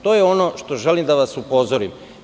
To je ono što želim da vas upozorim.